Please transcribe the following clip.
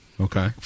Okay